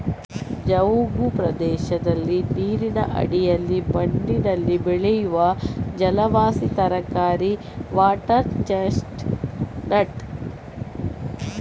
ಜವುಗು ಪ್ರದೇಶದಲ್ಲಿ ನೀರಿನ ಅಡಿಯಲ್ಲಿ ಮಣ್ಣಿನಲ್ಲಿ ಬೆಳೆಯುವ ಜಲವಾಸಿ ತರಕಾರಿ ವಾಟರ್ ಚೆಸ್ಟ್ ನಟ್